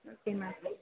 okay ma'am